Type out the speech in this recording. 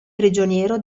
prigioniero